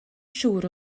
siŵr